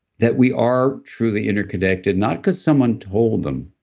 that we are truly interconnected. not because someone told them,